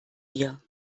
wir